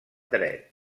dret